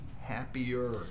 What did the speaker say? happier